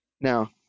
Now